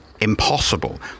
impossible